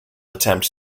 attempt